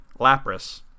Lapras